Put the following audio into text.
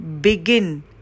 begin